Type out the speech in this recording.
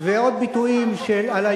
עכשיו תמשיך ותגיד מה שאתה רוצה,